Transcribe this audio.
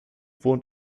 wohnt